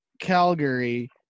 Calgary